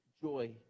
joy